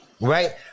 Right